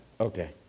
Okay